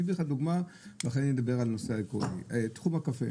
אני אתן דוגמה ואחרי כן אני אדבר על הנושא העקרוני תחום הקפה.